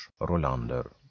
Rolander